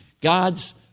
God's